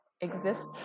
exist